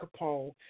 Capone